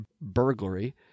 burglary